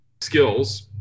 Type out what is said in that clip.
skills